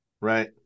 Right